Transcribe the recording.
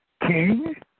King